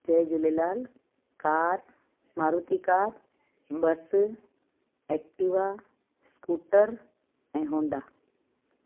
जय Jhulelal car Maruti car bus Activa scooter ऐं Honda